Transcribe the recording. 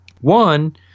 One